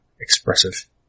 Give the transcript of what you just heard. expressive